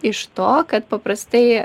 iš to kad paprastai